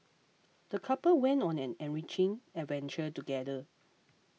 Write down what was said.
the couple went on an enriching adventure together